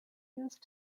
used